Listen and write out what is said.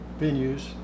venues